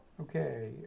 Okay